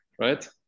right